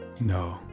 No